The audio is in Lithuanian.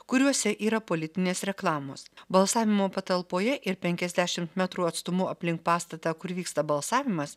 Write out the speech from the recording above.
kuriuose yra politinės reklamos balsavimo patalpoje ir penkiasdešimt metrų atstumu aplink pastatą kur vyksta balsavimas